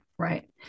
Right